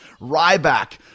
ryback